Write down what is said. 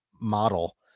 model